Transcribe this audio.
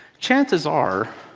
chances are